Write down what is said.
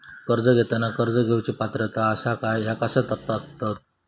कर्ज घेताना कर्ज घेवची पात्रता आसा काय ह्या कसा तपासतात?